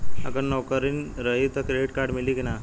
अगर नौकरीन रही त क्रेडिट कार्ड मिली कि ना?